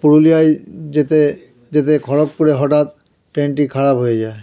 পুরুলিয়ায় যেতে যেতে খড়্গপুরে হটাৎ ট্রেনটি খারাপ হয়ে যায়